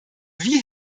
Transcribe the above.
wie